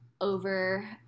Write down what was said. over